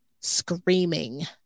screaming